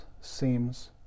seems